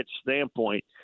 standpoint